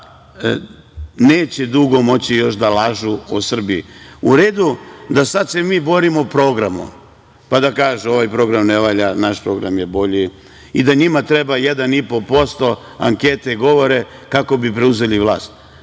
neće dugo moći još da lažu o Srbiji.U redu da se sad mi borimo programom, pa da kažu - ovaj program ne valja, naš program je bolji i da njima treba 1,5% ankete, govore kako bi preuzeli vlast,